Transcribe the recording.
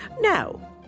Now